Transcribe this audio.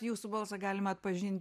jūsų balsą galima atpažin